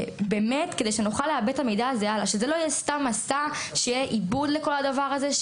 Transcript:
כדי שזה לא יהיה סתם מסע אלא שיהיה עיבוד לכל הדבר הזה,